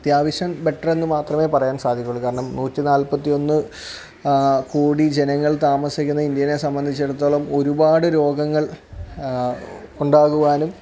അത്യാവശ്യം ബെറ്ററെന്ന് മാത്രമേ പറയാൻ സാധിക്കുകയുള്ളു കാരണം നൂറ്റിനാൽപ്പത്തിയൊന്ന് കോടി ജനങ്ങൾ താമസിക്കുന്ന ഇന്ത്യേനെ സംബന്ധിച്ചെടത്തോളം ഒരുപാട് രോഗങ്ങൾ ഉണ്ടാകുവാനും